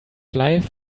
life